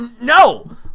no